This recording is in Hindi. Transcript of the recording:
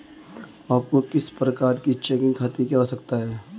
आपको किस प्रकार के चेकिंग खाते की आवश्यकता है?